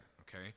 okay